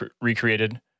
recreated